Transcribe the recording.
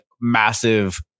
massive